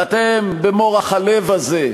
ואתם במורך הלב הזה,